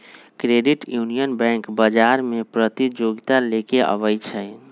credit union bank बजार में प्रतिजोगिता लेके आबै छइ